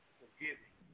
forgiving